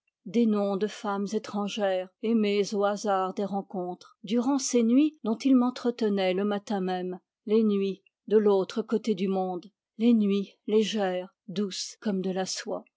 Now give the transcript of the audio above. des noms de femmes étrangères aimées au hasard des rencontres durant ces nuits dont il m'entretenait le matin même les nuits de l'autre côté du monde les nuits légères douces comme de la soie